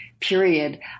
period